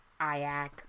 IAC